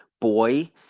boy